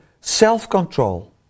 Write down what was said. self-control